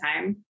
time